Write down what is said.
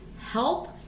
help